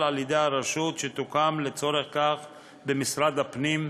על-ידי הרשות שתוקם לצורך זה במשרד הפנים,